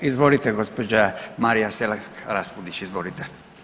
Izvolite gđa. Marija Selak Raspudić, izvolite.